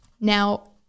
Now